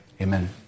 Amen